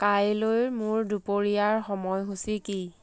কাইলৈৰ মোৰ দুপৰীয়াৰ সময়সূচী কি